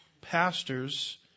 pastors